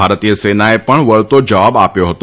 ભારતીય સેનાએ પણ વળતો જવાબ આવ્યો હતો